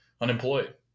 unemployed